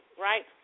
right